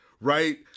right